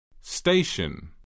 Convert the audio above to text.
Station